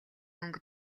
мөнгө